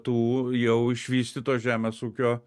tų jau išvystyto žemės ūkio